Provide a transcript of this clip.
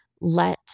let